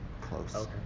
close